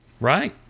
Right